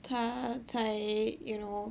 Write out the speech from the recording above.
它才 you know